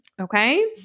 okay